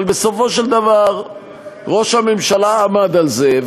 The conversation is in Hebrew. אבל בסופו של דבר ראש הממשלה עמד על זה,